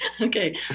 Okay